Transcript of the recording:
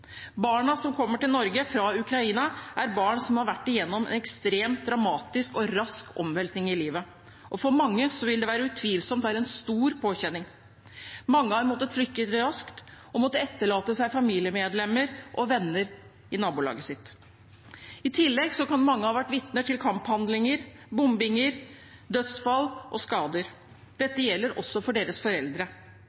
Barna som kommer til Norge fra Ukraina, er barn som har vært gjennom en ekstremt dramatisk og rask omveltning i livet, og for mange vil det utvilsomt være en stor påkjenning. Mange har måttet flykte raskt og måttet etterlate seg familiemedlemmer og venner i nabolaget sitt. I tillegg kan mange ha vært vitne til kamphandlinger, bombinger, dødsfall og skader.